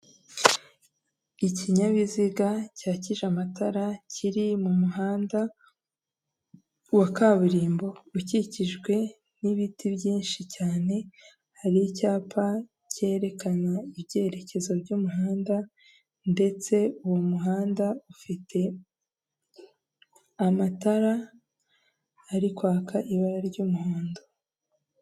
Ikinyabiziga cyakije amatara kiri mu muhanda wa kaburimbo ukikijwe n'ibiti byinshi cyane; hari icyapa cyerekana ibyerekezo by'umuhanda ndetse uwo muhanda ufite amatara ari kwaka ibara ry'umuhondo.